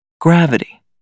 gravity